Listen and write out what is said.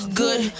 good